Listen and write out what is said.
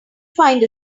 find